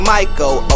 Michael